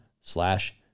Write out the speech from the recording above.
slash